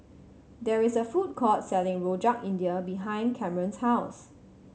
there is a food court selling Rojak India behind Camron's house